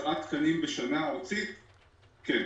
כן,